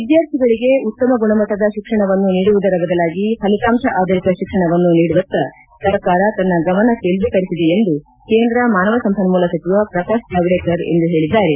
ವಿದ್ಯಾರ್ಥಿಗಳಿಗೆ ಉತ್ತಮ ಗುಣಮಟ್ಟದ ಶಿಕ್ಷಣವನ್ನು ನೀಡುವುದರ ಜತೆಗೆ ಫಲಿತಾಂಶ ಆಧರಿತ ಶಿಕ್ಷಣವನ್ನು ನೀಡುವತ್ತ ಸರ್ಕಾರ ತನ್ನ ಗಮನ ಕೇಂದ್ರೀಕರಿಸಿದೆ ಎಂದು ಕೇಂದ್ರ ಮಾನವ ಸಂಪನ್ನೂಲ ಸಚಿವ ಪ್ರಕಾಶ್ ಜಾವಡೇಕರ್ ಇಂದು ಹೇಳಿದ್ದಾರೆ